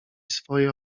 swoje